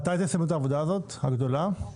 מתי תסיימו את העבודה הזאת, הגדולה?